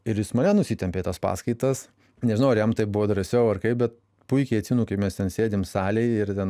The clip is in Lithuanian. ir jis mane nusitempė į tas paskaitas nežinau ar jam taip buvo drąsiau ar kaip bet puikiai atsimenu kai mes ten sėdim salėj ir ten